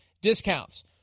discounts